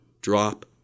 drop